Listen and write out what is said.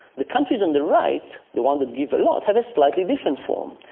the countries on the right, the ones that give a lot, have a slightly different form.